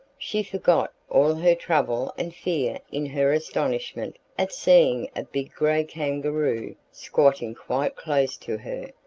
she forgot all her trouble and fear in her astonishment at seeing a big grey kangaroo squatting quite close to her,